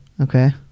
Okay